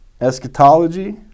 eschatology